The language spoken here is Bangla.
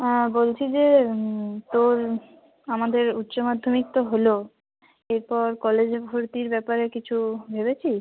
হ্যাঁ বলছি যে তোর আমাদের উচ্চ মাধ্যমিক তো হলো এরপর কলেজে ভর্তির ব্যাপারে কিছু ভেবেছিস